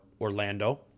Orlando